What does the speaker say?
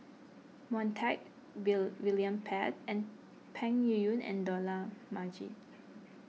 Montague William Pett and Peng Yuyun and Dollah Majid